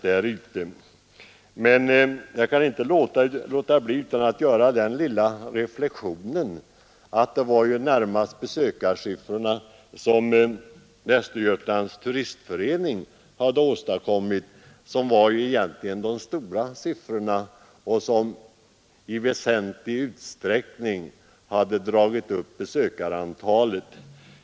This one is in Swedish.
Jag kan inte låta bli att göra den lilla reflexionen att det närmast var de besökarsiffror som Västergötlands turisttrafikförening åstadkom som i väsentlig utsträckning drog upp besökarantalet.